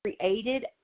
created